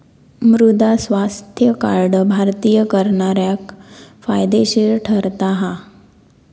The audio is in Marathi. मृदा स्वास्थ्य कार्ड भारतीय करणाऱ्याक फायदेशीर ठरता हा